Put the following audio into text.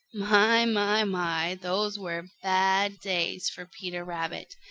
my, my, my, those were bad days for peter rabbit!